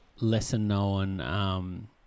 lesser-known